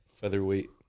Featherweight